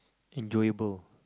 enjoyable